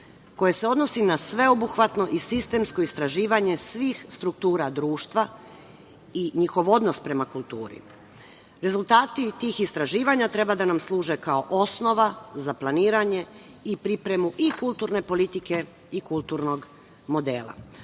koje se odnosi na sveobuhvatno i sistemsko istraživanje svih struktura društva i njihov odnos prema kulturi. Rezultati tih istraživanja treba da nam služe kao osnova za planiranje i pripremu i kulturne politike i kulturnog modela. Osnovna